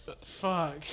Fuck